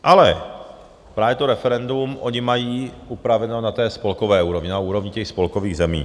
Ale právě to referendum oni mají upraveno na té spolkové úrovni, na úrovni těch spolkových zemí.